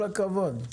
כל הכבוד,